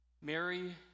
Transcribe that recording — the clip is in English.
Mary